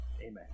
Amen